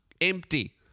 empty